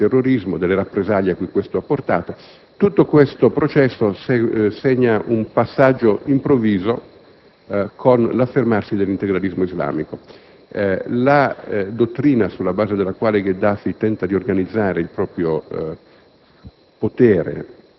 con atti di terrorismo e delle rappresaglie a cui ciò ha portato; tutto questo processo segna un passaggio improvviso con l'affermarsi dell'integralismo islamico. La dottrina sulla base della quale Gheddafi tenta di organizzare il proprio